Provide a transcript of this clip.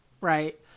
right